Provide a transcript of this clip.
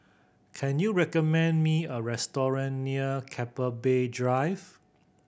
can you recommend me a restaurant near Keppel Bay Drive